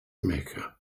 mecca